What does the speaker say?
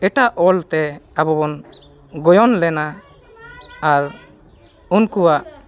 ᱮᱴᱟᱜ ᱚᱞᱛᱮ ᱟᱵᱚ ᱵᱚᱱ ᱜᱚᱭᱚᱱ ᱞᱮᱱᱟ ᱟᱨ ᱩᱱᱠᱩᱣᱟᱜ